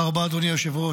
תודה רבה, אדוני היושב-ראש.